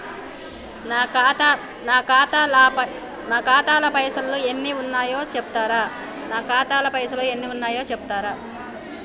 నా ఖాతా లా పైసల్ ఎన్ని ఉన్నాయో చెప్తరా?